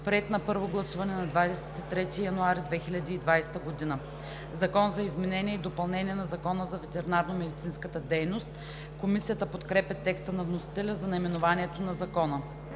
приет на първо гласуване на 23 януари 2020 г. „Закон за изменение и допълнение на Закона за ветеринарномедицинската дейност“.“ Комисията подкрепя текста на вносителя за наименованието на Закона.